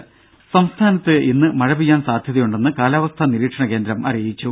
രുമ സംസ്ഥാനത്ത് ഇന്ന് മഴ പെയ്യാൻ സാധ്യതയുണ്ടെന്ന് കാലാവസ്ഥാ നിരീക്ഷണ കേന്ദ്രം അറിയിച്ചു